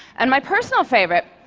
and my personal favorite,